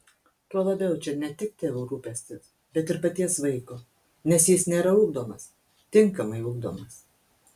tuo labiau čia ne tik tėvų rūpestis bet ir paties vaiko nes jis nėra ugdomas tinkamai ugdomas